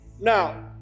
Now